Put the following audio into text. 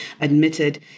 admitted